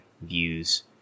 views